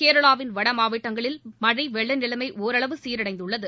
கேரளாவின் வடமாவட்டங்களில் மழை வெள்ள நிலைமை ஒரளவு சீரடைந்துள்ளது